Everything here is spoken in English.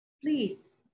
please